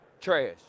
Trash